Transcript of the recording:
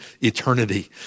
eternity